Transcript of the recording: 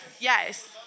yes